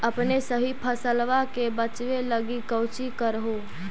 अपने सभी फसलबा के बच्बे लगी कौची कर हो?